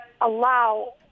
allow